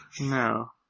No